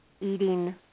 eating